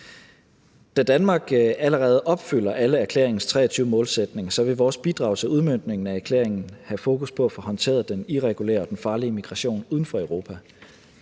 Da Danmark allerede opfylder alle erklæringens 23 målsætninger, vil vores bidrag til udmøntning af erklæringen have fokus på at få håndteret den irregulære og den farlige migration uden for Europa.